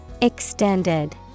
Extended